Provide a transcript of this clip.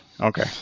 Okay